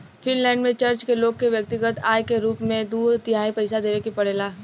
Finland में church के लोग के व्यक्तिगत आय कर के रूप में दू तिहाई पइसा देवे के पड़ेला